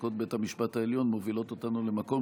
שפסיקות בית המשפט העליון מובילות אותנו למקום